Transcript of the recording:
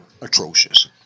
atrocious